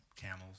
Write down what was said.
Camels